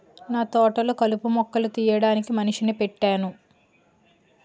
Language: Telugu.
నాతోటలొ కలుపు మొక్కలు తీయడానికి మనిషిని పెట్టేను